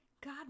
God